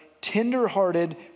tender-hearted